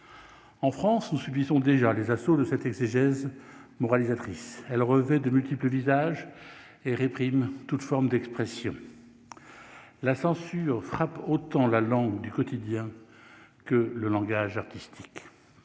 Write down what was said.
en France, nous subissons déjà les assauts de cette exégèse moralisatrice, elle revêt de multiples visages et répriment toute forme d'expression la censure frappe autant la langue du quotidien que le langage artistique